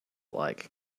like